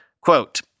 Quote